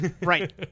Right